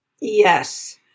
Yes